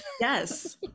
yes